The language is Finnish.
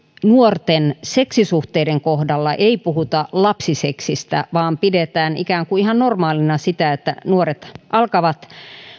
nuorten seksisuhteiden kohdalla ei puhuta lapsiseksistä vaan pidetään ikään kuin ihan normaalina sitä että nuoret alkavat